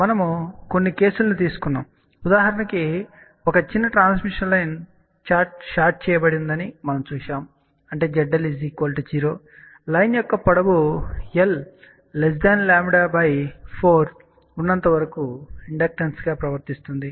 మనము కొన్ని కేసులను తీసుకున్నాము ఉదాహరణకు చిన్న ట్రాన్స్మిషన్ లైన్ షార్ట్ చేయబడి ఉందని మనము చూశాము అంటే ZL 0లైన్ యొక్క పొడవు l λ 4 ఉన్నంత వరకు ఇండక్టెన్స్గా ప్రవర్తిస్తుంది